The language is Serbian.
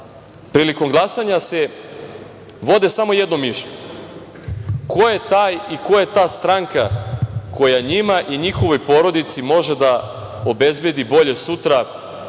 prilikom glasanja se vode samo jednom mišlju ko je taj i ko je ta stranka koja njima i njihovoj porodici može da obezbedi bolje sutra